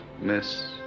Miss